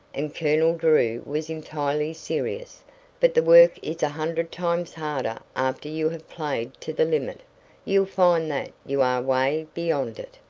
and colonel drew was entirely serious but the work is a hundred times harder after you have played to the limit you'll find that you are way beyond it.